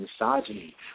misogyny